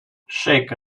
shake